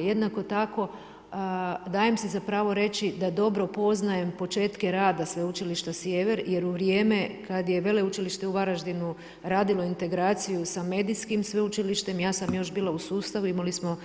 Jednako tako, dajem si za pravo reći, da dobro poznajem početke rada Sveučilište Sjever jer u vrijeme kada je Veleučilište u Varaždinu radilo integraciju sa medijskim sveučilištem, ja sam još bila u sustavu, imali smo